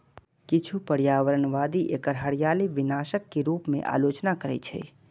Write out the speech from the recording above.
किछु पर्यावरणवादी एकर हरियाली विनाशक के रूप मे आलोचना करै छै